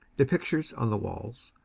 the pictures on the walls,